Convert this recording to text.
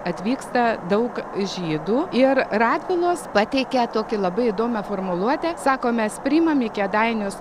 atvyksta daug žydų ir radvilos pateikia tokį labai įdomią formuluotę sako mes priimam į kėdainius